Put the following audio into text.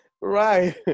Right